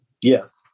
yes